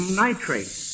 nitrate